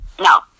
No